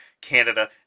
Canada